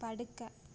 படுக்கை